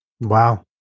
Wow